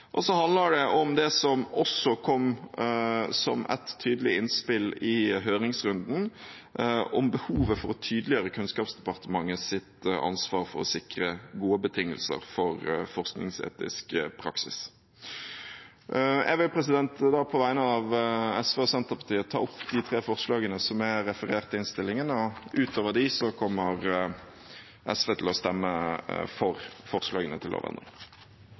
og så handler det om det som også kom som et tydelig innspill i høringsrunden, om behovet for å tydeliggjøre Kunnskapsdepartementets ansvar for å sikre gode betingelser for forskningsetisk praksis. Jeg vil på vegne av SV og Senterpartiet ta opp de tre forslagene som er referert i innstillingen, og utover dem kommer SV til å stemme for forslagene til vedtak om lovendring.